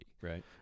Right